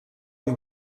amb